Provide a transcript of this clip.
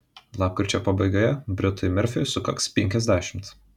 lapkričio pabaigoje britui merfiui sukaks penkiasdešimt